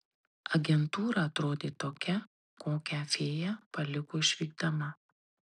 agentūra atrodė tokia kokią fėja paliko išvykdama